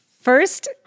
First